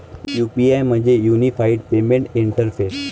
UPI म्हणजे unified payment interface